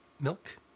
milk